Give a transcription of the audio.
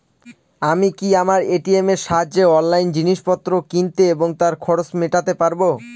আমি কি আমার এ.টি.এম এর সাহায্যে অনলাইন জিনিসপত্র কিনতে এবং তার খরচ মেটাতে পারব?